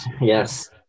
yes